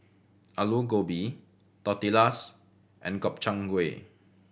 Alu Gobi Tortillas and Gobchang Gui